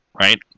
right